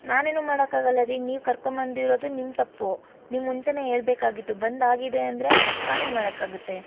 ನಾನೇನು ಮಾಡೋಕಾಗಲ್ಲ ರೀ ನೀವು ಕರಕೊಂಬಂದಿರೋದು ನಿಮ್ಮ ತಪ್ಪು ನೀವು ಮುಂಚೆಯೇ ಹೇಳ್ಬೇಕಾಗಿತ್ತು ಬಂದು ಆಗಿದೆ ಅಂದರೆ ನಾನೇನು ಮಾಡೋಕಾಗತ್ತೆ